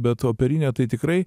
bet operinė tai tikrai